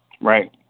right